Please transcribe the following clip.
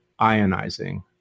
ionizing